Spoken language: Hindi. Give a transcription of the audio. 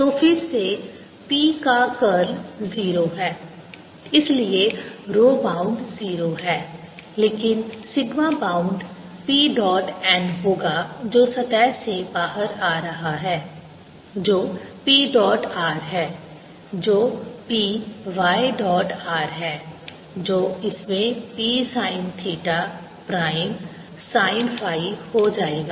तो फिर से P का कर्ल 0 है इसलिए रो बाउंड 0 है लेकिन sigma bound P dot n होगा जो सतह से बाहर आ रहा है जो P dot r है जो P y डॉट r है जो इसमें P sin theta prime sine phi हो जाएगा